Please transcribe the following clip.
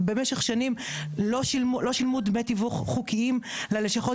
במשך שנים לא שילמו דמי תיווך חוקיים ללשכות